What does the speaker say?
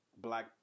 Black